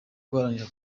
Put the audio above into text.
guharanira